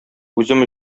үзем